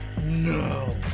No